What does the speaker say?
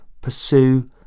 pursue